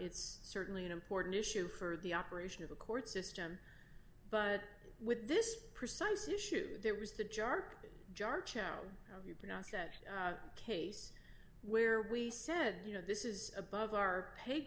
it's certainly an important issue for the operation of the court system but with this precise issued there was the jar jar chair you pronounce that case where we said you know this is above our pay